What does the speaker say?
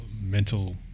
mental